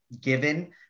given